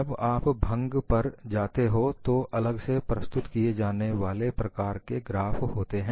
जब आप भंग पर आते हो तो अलग से प्रस्तुत किए जाने वाले प्रकार के ग्राफ होते हैं